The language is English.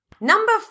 Number